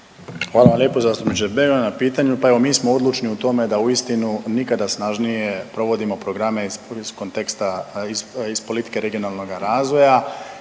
Hvala vam lijepo zastupniče Begonja na pitanju. Pa evo mi smo odlučni u tome da uistinu nikada snažnije provodimo programe iz konteksta, iz politike regionalnoga razvoja